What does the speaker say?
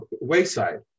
wayside